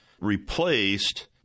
replaced